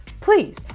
please